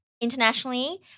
internationally